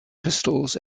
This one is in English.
pistols